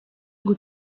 rwo